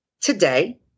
today